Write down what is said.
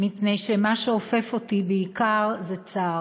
מפני שמה שאופף אותי בעיקר זה צער.